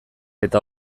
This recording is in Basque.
eta